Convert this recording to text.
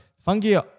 fungi